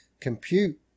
compute